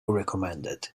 recommended